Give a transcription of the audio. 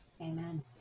Amen